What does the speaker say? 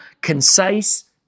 concise